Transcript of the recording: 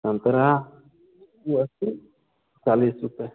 संतरा यह अस्सी चालीस रुपये